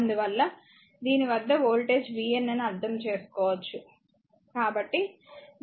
అందువల్ల దీని వద్ద వోల్టేజ్ vn అని అర్థం చేసుకోవచ్చు